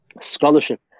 scholarship